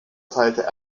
teilte